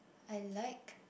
I like